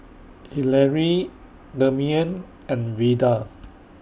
Hillary Demian and Veda